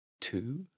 Two